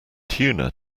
tuna